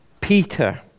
Peter